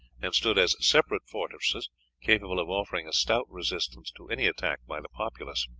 and stood as separate fortresses capable of offering a stout resistance to any attack by the populace.